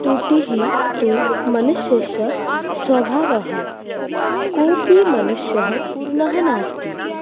त्रुटिः तु मनुष्यस्य स्वभावः कोपि मनुष्यः पूर्णः नास्ति